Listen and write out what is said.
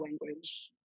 language